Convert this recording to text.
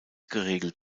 geregelt